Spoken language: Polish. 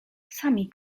sami